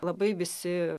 labai visi